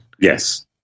Yes